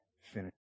finish